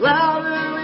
Louder